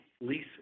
lease